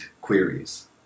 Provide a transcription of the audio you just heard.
queries